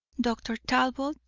dr. talbot,